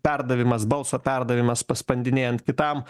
perdavimas balso perdavimas paspandinėjant kitam